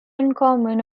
uncommon